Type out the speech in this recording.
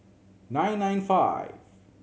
nine nine five